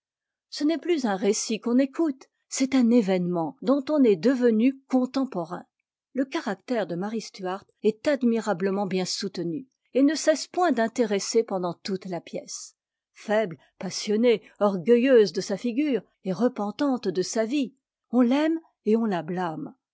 ce n'est plus un récit qu'on écoute c'est un événement dont on est devenu contemporain le caractère de marie stuart est admirablement bien soutenu et ne cesse point d'intéresser pendant toute la pièce faible passionnée orgueilleuse de sa figure et repentante de sa vie on l'aime et on la blâme